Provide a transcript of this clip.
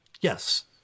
Yes